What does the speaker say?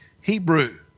Hebrew